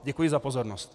Děkuji za pozornost.